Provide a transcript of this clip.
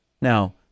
Now